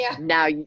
Now